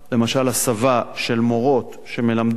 למשל הסבה של מורות שמלמדות